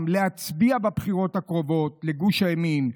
ולהצביע בבחירות הקרובות לגוש הימין,